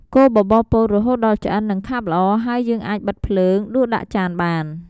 កូរបបរពោតរហូតដល់ឆ្អិន និងខាប់ល្អ ហើយយើងអាចបិទភ្លើង ដួសដាក់ចានបាន។